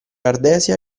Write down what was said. ardesia